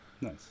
Nice